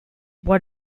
what